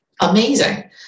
amazing